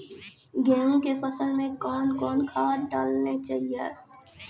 गेहूँ के फसल मे कौन कौन खाद डालने चाहिए?